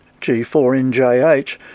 G4NJH